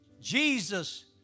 Jesus